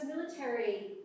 military